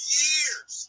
years